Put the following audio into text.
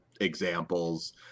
examples